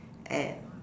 at